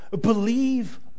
believe